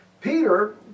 Peter